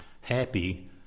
happy